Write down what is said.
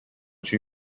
chi